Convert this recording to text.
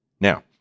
Now